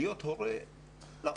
להיות הורה, לא.